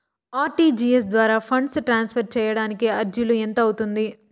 RTGS ద్వారా funds transfer సేయడానికి చార్జీలు ఎంత అవుతుంది